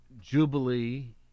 Jubilee